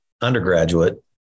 undergraduate